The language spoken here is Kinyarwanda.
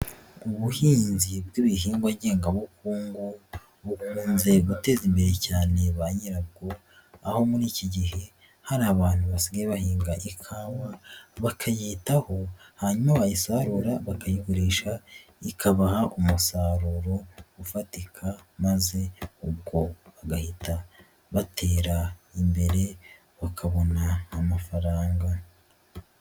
Ubuhinzi bw'ibihingwa ngengabukungu, bukunze guteza imbere cyane ba nyirabwo, aho muri iki gihe hari abantu basigaye bahinga ikawa, bakayitaho, hanyuma bayisarura bakayigurisha, ikabaha umusaruro ufatika maze ubwo bagahita batera imbere, bakabona amafaranga